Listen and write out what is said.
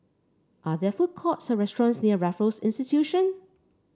are there food courts or restaurants near Raffles Institution